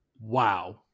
Wow